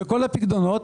בכל הפיקדונות,